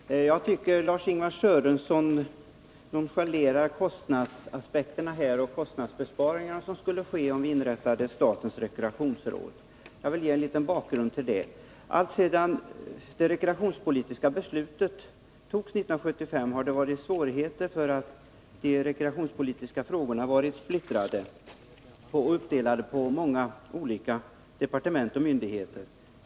Herr talman! Jag tycker Lars-Ingvar Sörenson nonchalerar kostnadsaspekterna och de kostnadsbesparingar som skulle ske, om det inrättades ett statens rekreationsråd. Jag vill motivera och ge litet bakgrund till detta. Alltsedan det rekreationspolitiska beslutet togs 1975 har det varit svårigheter, därför att de rekreationspolitiska frågorna har varit splittrade och uppdelade på många olika departement och myndigheter.